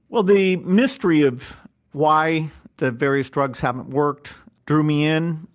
well, the mystery of why the various drugs haven't worked drew me in.